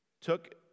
took